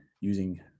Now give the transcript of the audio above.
using